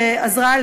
שעזרה,